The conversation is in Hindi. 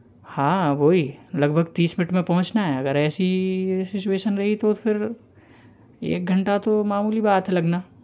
हाँ वो ही लगभग तीस मिनट में है अगर ऐसी सिचुएशन रही तो फिर एक घंटा तो मामूली बात है लगना